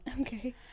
Okay